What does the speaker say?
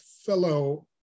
fellow